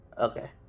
Okay